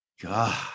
God